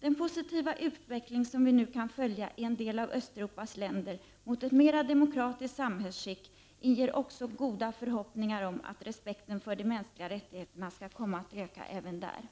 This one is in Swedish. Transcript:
Den positiva utveckling som vi nu kan följa i en del av Östeuropas länder mot ett mera demokratiskt samhällsskick inger också goda förhoppningar om att respekten för de mänskliga rättigheterna skall komma att öka även där.